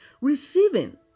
receiving